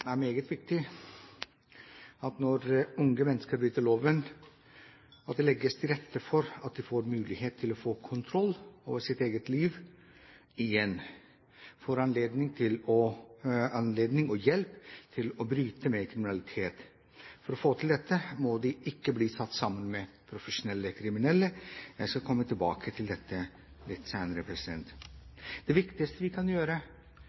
meget viktig når unge mennesker bryter loven at det legges til rette for at de får mulighet til å få kontroll over sitt eget liv igjen, at de får anledning og hjelp til å bryte med kriminaliteten. For å få til dette må de ikke bli satt sammen med profesjonelle kriminelle. Jeg skal komme tilbake til dette litt senere. Det viktigste vi kan gjøre